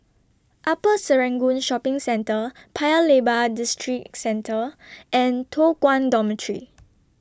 Upper Serangoon Shopping Centre Paya Lebar Districentre and Toh Guan Dormitory